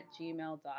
gmail.com